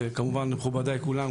כמובן מכובדיי כולם,